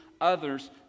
others